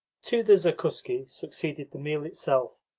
to the zakuski succeeded the meal itself,